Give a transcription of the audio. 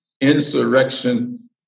insurrection